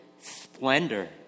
splendor